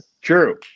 True